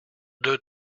deux